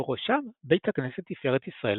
ובראשם בית הכנסת תפארת ישראל